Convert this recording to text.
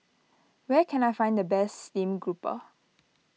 where can I find the best Steamed Grouper